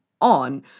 on